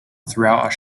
throughout